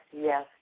yes